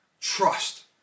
Trust